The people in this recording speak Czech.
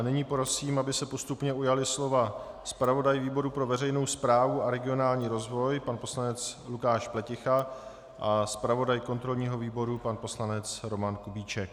Nyní prosím, aby se postupně ujali slova zpravodaj výboru pro veřejnou správu a regionální rozvoj pan poslanec Lukáš Pleticha a zpravodaj kontrolního výboru pan poslanec Roman Kubíček.